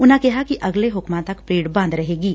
ਉਨ੍ਨਾਂ ਕਿਹਾ ਕਿ ਅਗਲੇ ਹੂਕਮਾਂ ਤੱਕ ਪਰੇਡ ਬੰਦ ਰਹੇਗੀ